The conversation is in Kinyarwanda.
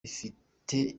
ifite